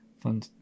Fun